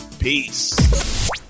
peace